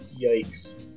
Yikes